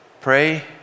Pray